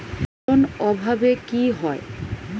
Boron অভাবে কি হয়?